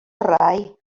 rai